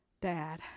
dad